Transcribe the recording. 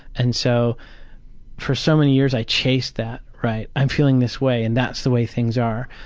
and so for so many years i chased that, right? i'm feeling this way and that's the way things are.